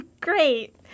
great